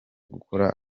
gukora